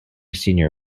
senior